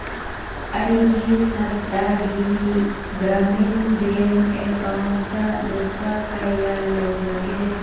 ꯑꯩꯒꯤ Saptagiri Grameen bank account ꯂꯨꯄꯥ ꯀꯌꯥ ꯂꯩꯕꯒꯦ